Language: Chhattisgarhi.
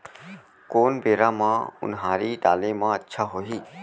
कोन बेरा म उनहारी डाले म अच्छा होही?